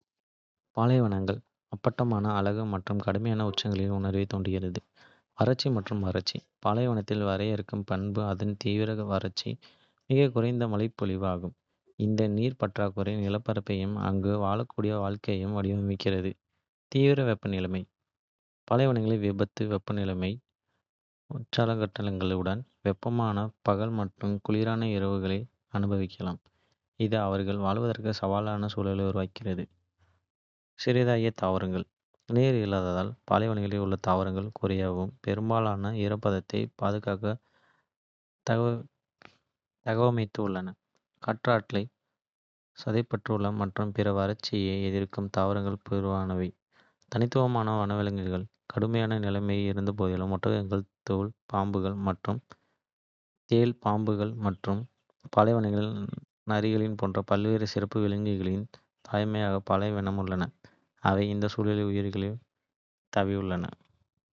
பாலைவனங்கள் அப்பட்டமான அழகு மற்றும் கடுமையான உச்சங்களின் உணர்வைத் தூண்டுகின்றன. நான் அவர்களுடன் தொடர்புபடுத்துவது இங்கே. வறட்சி மற்றும் வறட்சி. பாலைவனத்தின் வரையறுக்கும் பண்பு அதன் தீவிர வறட்சி, மிகக் குறைந்த மழைப்பொழிவு ஆகும். இந்த நீர் பற்றாக்குறை நிலப்பரப்பையும் அங்கு வாழக்கூடிய வாழ்க்கையையும் வடிவமைக்கிறது. தீவிர வெப்பநிலை, பாலைவனங்கள் வியத்தகு வெப்பநிலை ஊசலாட்டங்களுடன், வெப்பமான பகல் மற்றும் குளிரான இரவுகளை அனுபவிக்கலாம். இது அவர்கள் வாழ்வதற்கு சவாலான சூழலை உருவாக்குகிறது. சிதறிய தாவரங்கள், நீர் இல்லாததால், பாலைவனங்களில் உள்ள தாவரங்கள் குறைவாகவும், பெரும்பாலும் ஈரப்பதத்தைப் பாதுகாக்க தகவமைந்தும் உள்ளன. கற்றாழை, சதைப்பற்றுள்ள மற்றும் பிற வறட்சியை எதிர்க்கும் தாவரங்கள் பொதுவானவை. தனித்துவமான வனவிலங்குகள்: கடுமையான நிலைமைகள் இருந்தபோதிலும், ஒட்டகங்கள், தேள்கள், பாம்புகள் மற்றும் பாலைவன நரிகள் போன்ற பல்வேறு சிறப்பு விலங்குகளின் தாயகமாக பாலைவனங்கள். உள்ளன, அவை இந்த சூழலில் உயிர்வாழ தழுவியுள்ளன.